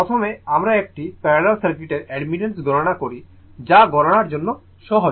প্রথমে আমরা একটি প্যারালাল সার্কিটের অ্যাডমিটেন্স গণনা করি যা গণনার জন্য সহজ